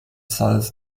sales